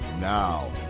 Now